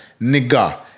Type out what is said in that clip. nigger